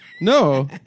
no